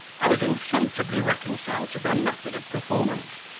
i was insensibly reconciled to their method of performance,